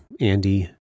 Andy